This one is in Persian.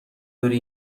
داری